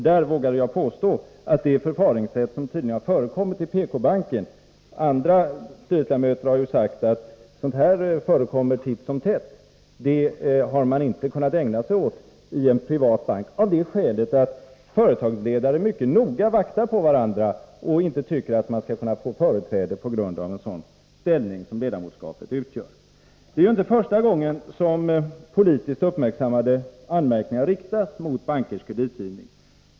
Jag vågar påstå att ett sådant förfaringssätt som tydligen har förekommit i PK-banken — andra styrelseledamöter har ju sagt att sådant förekommer titt som tätt — hade man inte kunnat ägna sig åt i en privat bank, av det skälet att företagsledare mycket noga vaktar på varandra och inte tycker att man skall kunna få företräde på grund av den ställning som ett ledamotskap utgör. Det är inte första gången som politiskt uppmärksammade anmärkningar riktats mot bankers kreditgivning.